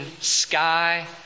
sky